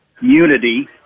unity